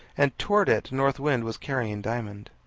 and towards it north wind was carrying diamond.